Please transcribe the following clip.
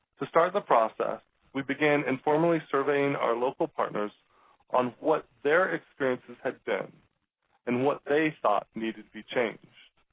to start the process we began informally surveying our local partners on what their experiences had been and what they thought needed to be changed.